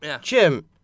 Jim